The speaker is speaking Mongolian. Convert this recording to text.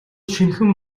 шинэхэн